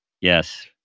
Yes